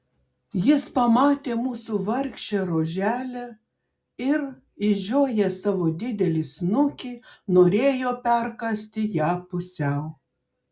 jis pamatė mūsų vargšę roželę ir išžiojęs savo didelį snukį norėjo perkąsti ją pusiau